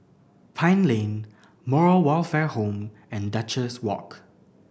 Pine Lane Moral Welfare Home and Duchess Walk